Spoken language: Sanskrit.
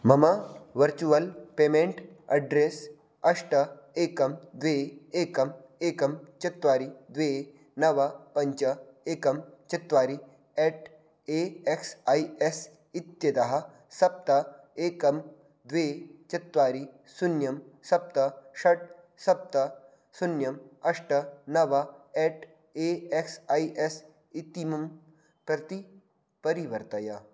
मम वर्चुवल् पेमेण्ट् अड्रेस् अष्ट एकं द्वे एकम् एकं चत्वारि द्वे नव पञ्च एकं चत्वारि at A X I S इत्यतः सप्त एकं द्वे चत्वारि शून्यं सप्त षट् सप्त शून्यम् अष्ट नव एट् एक्स् ऐ एस् इतिमं प्रति परिवर्तय